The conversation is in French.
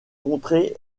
contrées